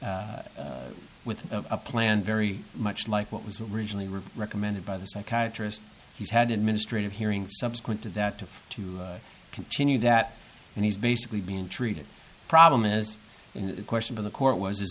with a plan very much like what was originally recommended by the psychiatrist he's had administrative hearing subsequent to that to to continue that and he's basically been treated problem is in question in the court was i